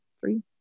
three